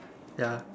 yeah